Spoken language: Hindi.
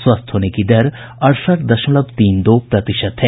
स्वस्थ होने की दर अड़सठ दशमलव तीन दो प्रतिशत है